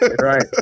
Right